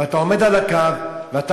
ואתה עומד על הקו ואתה,